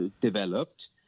developed